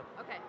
Okay